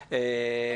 גם